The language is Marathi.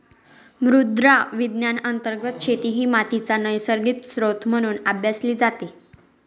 मृदा विज्ञान अंतर्गत शेती ही मातीचा नैसर्गिक स्त्रोत म्हणून अभ्यासली जाते